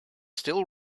still